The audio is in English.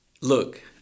Look